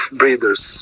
breeders